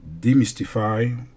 demystify